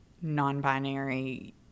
non-binary